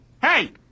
Hey